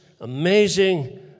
amazing